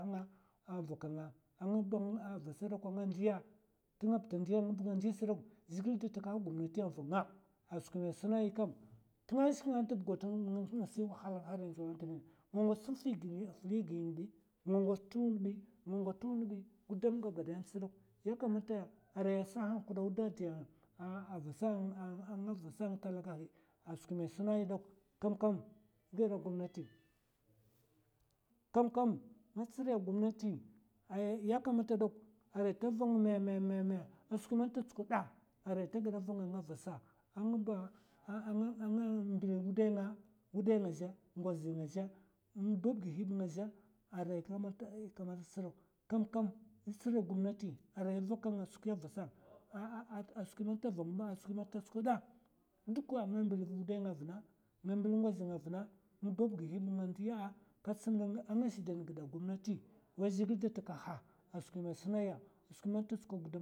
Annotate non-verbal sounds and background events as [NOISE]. [UNINTELLIGIBLE] a vaka nga a ng'ba vasa nga ndiya, t'ngab ta ndiya ngab nga ndiya sdok, zhègil da takaha gumnati a vanga a skwi ma suna yi kam. tun a shik nga ntab gwain nga si wahal haryan zu ant gina. nga ngwats sam fili gin bi, nga ngwats tun bi, gudam gabadaya tsdok, ya kamata arai, a gada sahan kdo da di a vasa, a nga vasa talaka a skwi mai suna yi dok kamkam è gada gumnati, kamkam nga tsiriya gumnati ay ya kamata dok arai ta vang mèmèmèmèmmè a skwi man ta tsukwada arai ta gada vanga nga vasa, a ng'ba nga mbil wudai nga, wudai nga zhè, ngozi ngs zhè, bab gihi ba nga zhè, arai ka [HESITATION] kamar sdok, kam kam è tsiriya gomnati arai vakang skwiya vasa, a [HESITATION] skwi man ta vang ma a skwi man ta tsukwada duka, nga mbil wudai nga vna, nga mbil ngozi nga vna, ng bab gihi ba nga ndiya katsa nga shidan gida gomnati, wai zhègil da takaha a skwi mai suna ya, a skwi man ta tsukwa gudam.